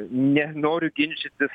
nenoriu ginčytis